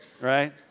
right